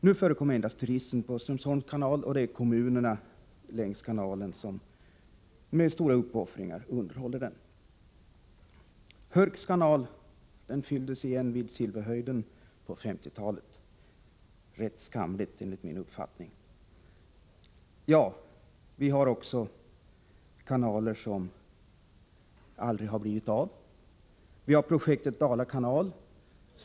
Nu förekommer endast turism på Strömsholms kanal, och det är kommunerna längs kanalen som Nr 52 med stora uppoffringar underhåller den. Torsdagen den Hörks kanal fylldes igen vid Silverhöjden på 1950-talet. Det var rätt 13 december 1984 skamligt, enligt min uppfattning. Vi har också kanaler som aldrig har blivit byggda. Projektet Dala kanal ?